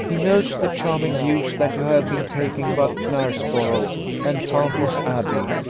he knows the charming views that you have been taking about knaresborough and fountain's abbey,